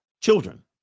children